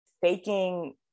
faking